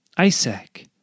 Isaac